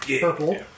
purple